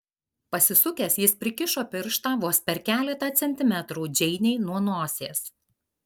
pasisukęs jis prikišo pirštą vos per keletą centimetrų džeinei nuo nosies